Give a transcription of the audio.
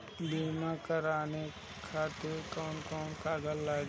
बीमा कराने खातिर कौन कौन कागज लागी?